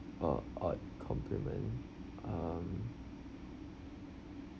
odd odd compliment um